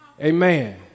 Amen